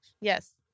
Yes